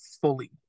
fully